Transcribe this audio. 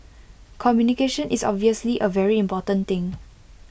communication is obviously A very important thing